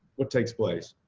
what takes place.